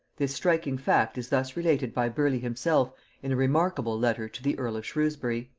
this striking fact is thus related by burleigh himself in a remarkable letter to the earl of shrewsbury.